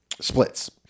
splits